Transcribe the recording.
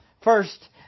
First